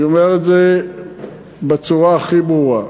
אני אומר את זה בצורה הכי ברורה,